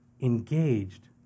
engaged